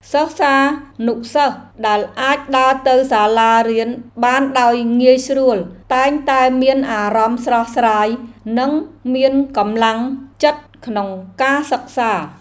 សិស្សានុសិស្សដែលអាចដើរទៅសាលារៀនបានដោយងាយស្រួលតែងតែមានអារម្មណ៍ស្រស់ស្រាយនិងមានកម្លាំងចិត្តក្នុងការសិក្សា។